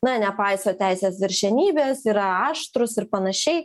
na nepaiso teisės viršenybės yra aštrūs ir panašiai